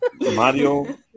Mario